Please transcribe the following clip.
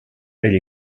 elle